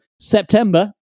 September